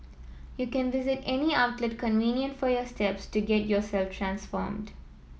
you can visit any outlet convenient for your steps to get yourself transformed